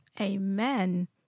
amen